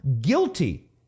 guilty